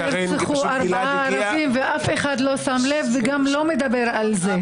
נרצחו ביום אחד ארבעה ערבים ואף אחד לא שם לב ולא מדבר על זה,